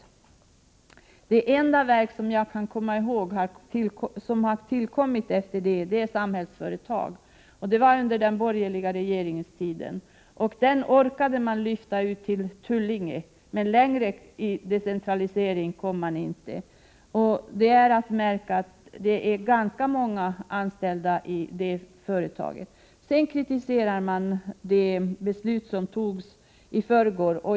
Såvitt jag kan minnas är Samhällsföretag den enda verksamhet av den typen som har tillkommit därefter, och det skedde under den borgerliga regeringstiden. Dess kansli orkade man lyfta ut till Tullinge, men längre i decentralisering kom man inte. Det är att märka att denna verksamhet har ganska många anställda. Vidare kritiserar man det beslut som togs i förrgår.